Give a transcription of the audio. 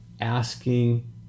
asking